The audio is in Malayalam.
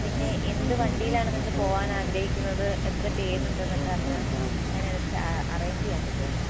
പിന്നെ എന്ത് വണ്ടിയിലാണ് നിങ്ങള് പോകാൻ ആഗ്രഹിക്കുന്നത് എത്ര പേരുണ്ടെന്നൊക്കെ അറിഞ്ഞാൽ അതിനനുസരിച്ച് അറേഞ്ച് ചെയ്യാൻ പറ്റുമായിരുന്നു